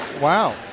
Wow